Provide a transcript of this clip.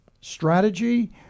strategy